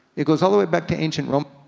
it goes all the way back to ancient rome,